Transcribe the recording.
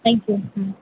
thank you ம்